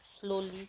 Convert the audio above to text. slowly